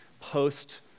post